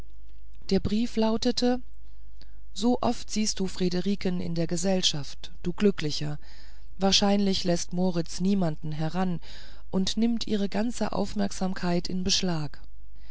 der brief lautete so oft siehst du friederiken in der gesellschaft du glücklicher wahrscheinlich läßt moritz niemanden heran und nimmt ihre ganze aufmerksamkeit in beschlag